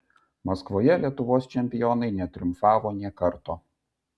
maskvoje lietuvos čempionai netriumfavo nė karto